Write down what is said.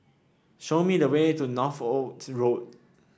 show me the way to Northolt Road